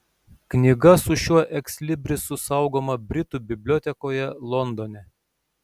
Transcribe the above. knyga su šiuo ekslibrisu saugoma britų bibliotekoje londone